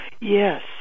Yes